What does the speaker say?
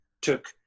took